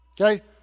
Okay